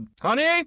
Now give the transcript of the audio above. honey